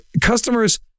Customers